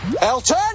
Elton